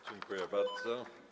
Dziękuję bardzo.